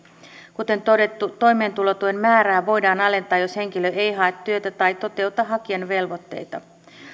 kuten todettu toimeentulotuen määrää voidaan alentaa jos henkilö ei hae työtä tai toteuta hakijan velvoitteita